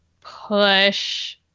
push